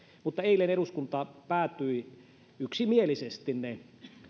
mutta eilen eduskunta päätyi yksimielisesti ne